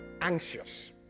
anxious